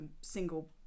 single